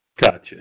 Gotcha